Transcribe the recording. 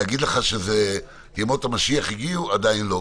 להגיד לך שימות המשיח הגיעו, עדיין לא.